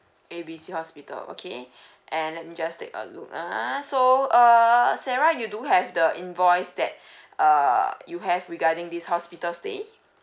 A B C hospital okay and let me just take a look uh so err sarah you do have the invoice that err you have regarding this hospital stay